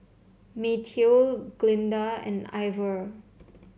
Mateo Glinda and Ivor